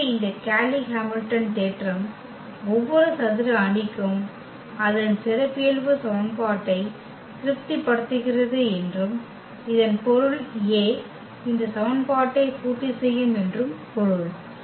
எனவே இந்த Cayley Hamilton தேற்றம் ஒவ்வொரு சதுர அணிக்கும் அதன் சிறப்பியல்பு சமன்பாட்டை திருப்திப்படுத்துகிறது என்றும் இதன் பொருள் A இந்த சமன்பாட்டை பூர்த்தி செய்யும் என்றும் பொருள்